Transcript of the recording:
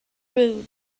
rude